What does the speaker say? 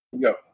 go